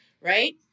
right